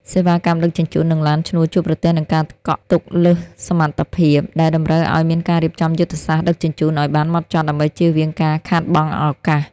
សេវាកម្មដឹកជញ្ជូន និងឡានឈ្នួលជួបប្រទះនឹងការកក់ទុកលើសសមត្ថភាព ដែលតម្រូវឱ្យមានការរៀបចំយុទ្ធសាស្ត្រដឹកជញ្ជូនឱ្យបានហ្មត់ចត់ដើម្បីចៀសវាងការខាតបង់ឱកាស។